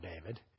David